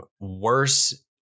worse